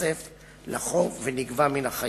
מתווסף על החוב ונגבה מן החייב.